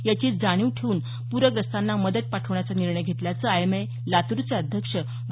याची जाणीव ठेऊन पूरग्रस्तांना मदत पाठवण्याचा निर्णय घेतल्याचं आयएमए लातूरचे अध्यक्ष डॉ